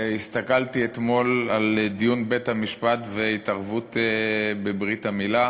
הסתכלתי אתמול על דיון בית-המשפט וההתערבות בעניין ברית-המילה,